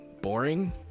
boring